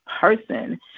person